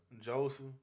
Joseph